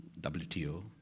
WTO